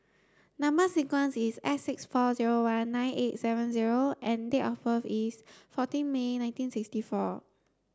number sequence is S six four zero one nine eight seven zero and date of birth is fourteen May nineteen sixty four